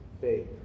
faith